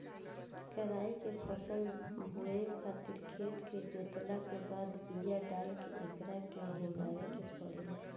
कराई के फसल बोए खातिर खेत के जोतला के बाद बिया डाल के एकरा के हेगावे के पड़ेला